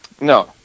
No